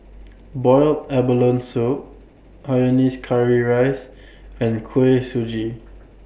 boiled abalone Soup Hainanese Curry Rice and Kuih Suji